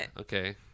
okay